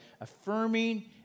affirming